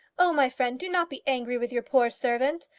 oh, my friend, do not be angry with your poor servant.